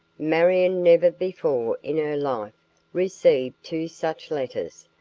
marion never before in her life received two such letters.